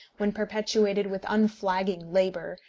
when perpetuated with unflagging labour,